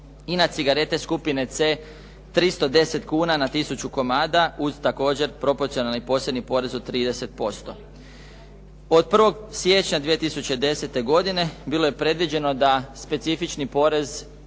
i na cigarete skupine C 310 kuna na 1000 komada uz također proporcionalni, posebni porez od 30%. Od 1. siječnja 2010. godine bilo je predviđeno da specifični porez